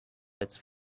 its